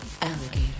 Alligator